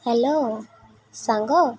hello ସାଙ୍ଗ